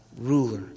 ruler